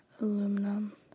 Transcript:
Aluminum